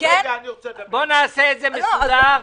רבותי, בואו נעשה את זה באופן מסודר.